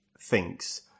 thinks